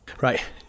Right